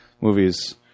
movies